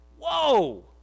Whoa